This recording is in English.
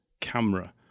camera